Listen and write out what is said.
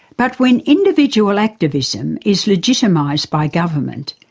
but when individual activism is legitimised by government,